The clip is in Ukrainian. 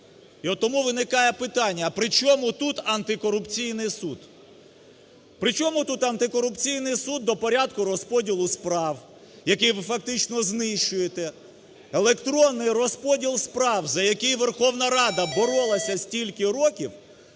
І тому виникає питання: а при чому тут антикорупційний суд? При чому тут антикорупційний суд до порядку розподілу справ, який ви фактично знищуєте? Електронний розподіл справ, за який Верховна Рада боролася стільки років,